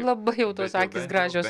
labai jau tos akys gražios